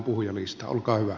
kiitos puhemies